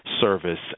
service